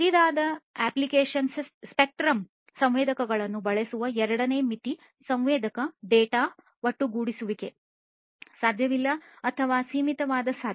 ಕಿರಿದಾದ application spectrum ಸಂವೇದಕಗಳನ್ನು ಬಳಸುವ ಎರಡನೇ ಮಿತಿ ಸಂವೇದಕ ಡೇಟಾ ಒಟ್ಟುಗೂಡಿಸುವಿಕೆ ಸಾಧ್ಯವಿಲ್ಲ ಅಥವಾ ಸೀಮಿತವಾಗಿ ಸಾಧ್ಯ